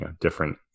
different